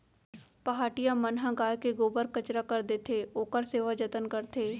पहाटिया मन ह गाय के गोबर कचरा कर देथे, ओखर सेवा जतन करथे